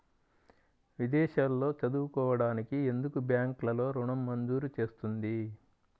విదేశాల్లో చదువుకోవడానికి ఎందుకు బ్యాంక్లలో ఋణం మంజూరు చేస్తుంది?